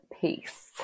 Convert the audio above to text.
peace